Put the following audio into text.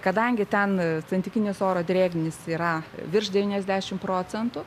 kadangi ten santykinis oro drėgnis yra virš devyniasdešimt procentų